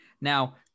Now